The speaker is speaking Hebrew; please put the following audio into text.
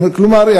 כלומר,